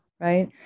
right